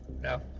No